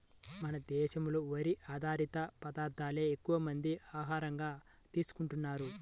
మన దేశంలో వరి ఆధారిత పదార్దాలే ఎక్కువమంది ఆహారంగా తీసుకుంటన్నారు